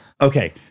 Okay